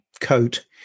coat